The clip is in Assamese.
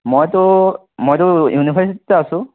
মইতো মইতো ইউনিৰ্ভাছিটিতে আছোঁ